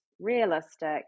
realistic